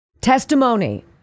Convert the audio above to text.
Testimony